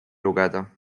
lugeda